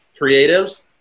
creatives